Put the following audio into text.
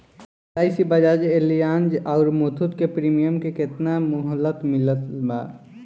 LIC Bajaj Allianz आउर मुथूट के premium के केतना मुहलत मिलल बा?